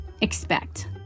expect